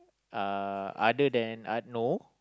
uh other than uh no